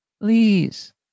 Please